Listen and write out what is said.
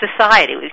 society